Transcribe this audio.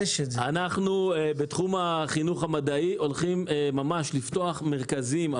בתחום החינוך המדעי אנחנו הולכים לפתוח מרכזים.